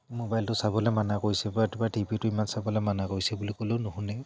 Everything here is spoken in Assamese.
মোবাইলটো চাবলৈ মানা কৰিছে বা টিভিটো ইমান চাবলৈ মানা কৰিছে বুলি ক'লেও নুশুনে